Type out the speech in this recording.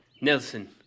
Nelson